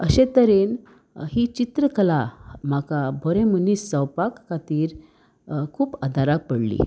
अशे तरेन ही चित्रकला म्हाका बरे मनीस जावपा खातीर खूब आदाराक पडली